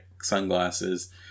sunglasses